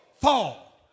fall